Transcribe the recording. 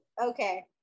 Okay